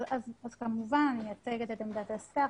אז כמובן שאני מייצגת את עמדת השר,